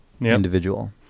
individual